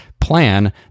plan